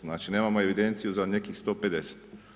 Znači, nemamo evidenciju za nekih 150.